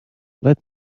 let